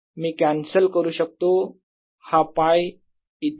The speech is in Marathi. मी कॅन्सल करू शकतो हा π इथे